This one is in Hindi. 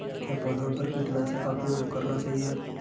क्या पौधों पर कीटनाशक का उपयोग करना सही है?